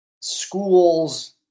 schools